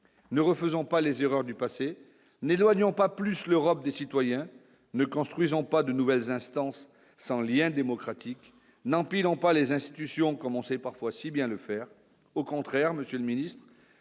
ne refaisons pas les erreurs du passé n'éloignons pas plus l'Europe des citoyens ne construisons pas de nouvelles instances sans lien démocratique n'empilant pas les institutions comme on parfois si bien le faire, au contraire, Monsieur le Ministre,